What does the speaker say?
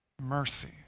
mercy